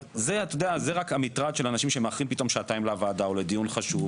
זה מטרד של אנשים שמאחרים לפעמים לוועדה או לדיון חשוב